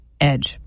Edge